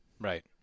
Right